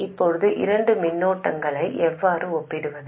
இப்போது இரண்டு மின்னோட்டங்களை எவ்வாறு ஒப்பிடுவது